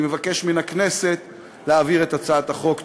אני מבקש מן הכנסת להעביר את הצעת החוק.